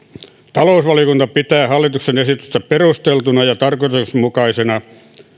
talousvaliokunta pitää hallituksen esitystä perusteltuna ja tarkoituksenmukaisena